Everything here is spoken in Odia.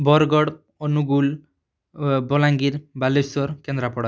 ବରଗଡ଼ ଅନୁଗୁଳ ବଲାଙ୍ଗୀର ବାଲେଶ୍ୱର କେନ୍ଦ୍ରାପଡ଼ା